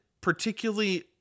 particularly